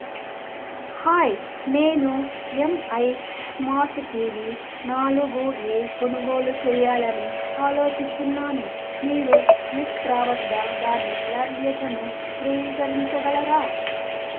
hi నేను MI smart TV నాలుగు A కొనుగోలు చేయాలని ఆలోచిస్తున్నాను మీరు మింత్రా వద్ద దాని లభ్యతను ధృవీకరించగలరా